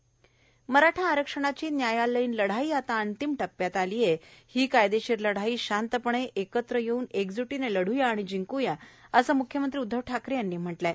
CM Maratha आरक्षण मराठा आरक्षणाची न्यायालयीन लढाई आता अंतिम टप्प्यात आली आहे ही कायदेशीर लढाई शांतपणे एकत्र येऊन एकज्टीने लढ्या आणि जिंक्यात असं म्ख्यमंत्री उद्धव ठाकरे यांनी म्हटलं आहे